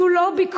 זו לא ביקורת,